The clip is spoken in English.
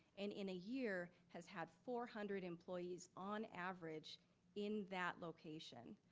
and in a year, has had four hundred employees on average in that location.